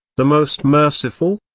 the most merciful?